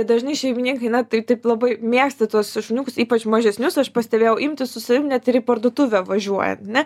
dažnai šeimininkai na tai taip labai mėgsta tuos šuniukus ypač mažesnius aš pastebėjau imtis su savimi net į parduotuvę važiuojant ane